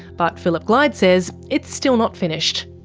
but phillip glyde says it's still not finished.